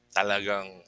talagang